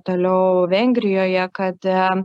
toliau vengrijoj kad